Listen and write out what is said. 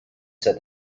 said